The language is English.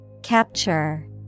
Capture